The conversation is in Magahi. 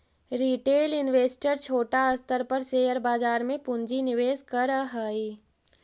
रिटेल इन्वेस्टर छोटा स्तर पर शेयर बाजार में पूंजी निवेश करऽ हई